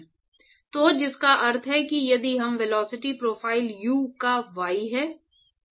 तो जिसका अर्थ है कि यदि हम वेलोसिटी प्रोफ़ाइल u का y है